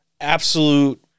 absolute